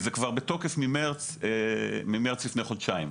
זה בתוקף ממרץ לפני חודשיים.